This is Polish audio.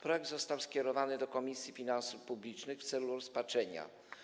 Projekt został skierowany do Komisji Finansów Publicznych w celu rozpatrzenia.